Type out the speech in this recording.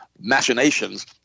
machinations